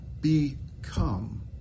become